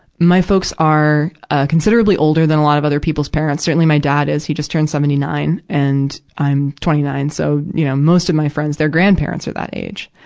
my folks are, ah, considerably older than a lot of other people's parents. certainly my dad is he just turned seventy nine, and i'm twenty nine. so, you know, most of my friends, their grandparents are that age.